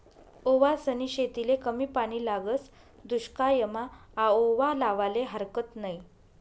ओवासनी शेतीले कमी पानी लागस, दुश्कायमा आओवा लावाले हारकत नयी